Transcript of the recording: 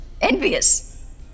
Envious